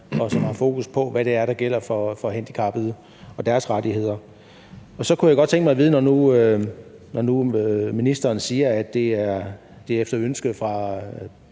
og som har fokus på, hvad det er, der gælder for handicappede og deres rettigheder. Jeg kunne også godt tænke mig at vide, når nu ministeren siger, at det er efter ønske fra